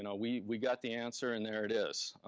and we we got the answer and there it is.